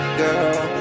girl